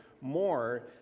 more